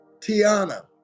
Tiana